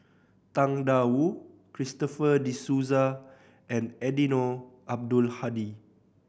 Tang Da Wu Christopher De Souza and Eddino Abdul Hadi